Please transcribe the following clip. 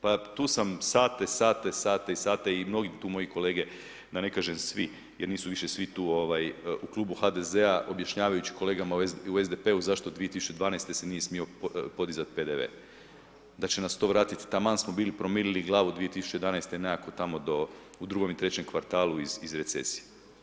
Pa tu sam sate, sate, sate i sate i mnogi tu moji kolege, da ne kažem svi jer nisu više svi tu u klubu HDZ-a objašnjavajući kolegama u SDP-u zašto 2012. se nije smio podizati PDV da će nas to vratiti, taman smo bili promolili glavu 2011. nekako tamo do u drugom i trećem kvartalu iz recesije.